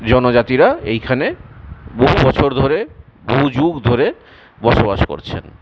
জনজাতিরা এইখানে বহু বছর ধরে বহু যুগ ধরে বসবাস করছেন